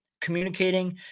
communicating